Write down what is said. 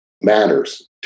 matters